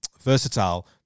versatile